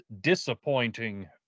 disappointing